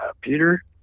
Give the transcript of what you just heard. Peter